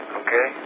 okay